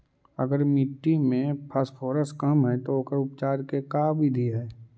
अगर मट्टी में फास्फोरस कम है त ओकर उपचार के का बिधि है?